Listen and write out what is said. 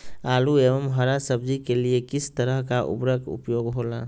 आलू एवं हरा सब्जी के लिए किस तरह का उर्वरक का उपयोग होला?